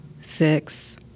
six